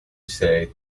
say